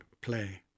play